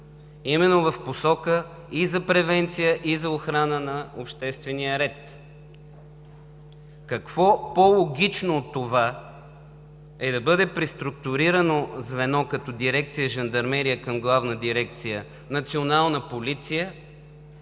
именно в посока и за превенция, и за охрана на обществения ред. Какво по-логично от това е да бъде преструктурирано звено като Дирекция „Жандармерия“ към Главна дирекция „Национална полиция“